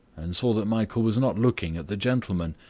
and saw that michael was not looking at the gentleman,